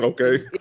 okay